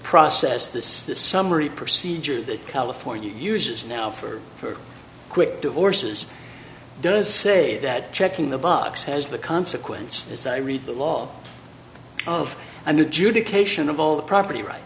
process this this summary procedure that california uses now for for quick divorces does say that checking the box has the consequence as i read the law of an adjudication of all the property right